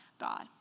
God